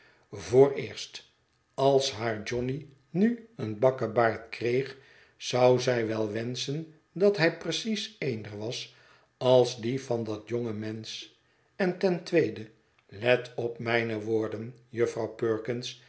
vooreerst als haar johnny nu een bakkebaard kreeg zou zij wel wenschen dat hij precies eender was als die van dat jonge mensch en ten tweede let op mijne woorden jufvrouw